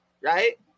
right